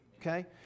okay